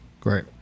Great